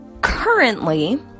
currently